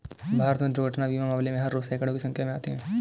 भारत में दुर्घटना बीमा मामले हर रोज़ सैंकडों की संख्या में आते हैं